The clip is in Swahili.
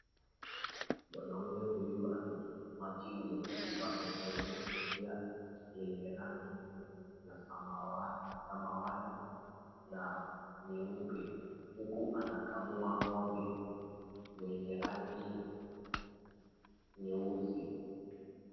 Mwanaume huyu amechuchumaa chini huku amevalia kofia yenye rangi ya samawati na nyeupe, huku anakamua ng'ombe mwenye rangi nyeusi.